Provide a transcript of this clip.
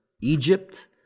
Egypt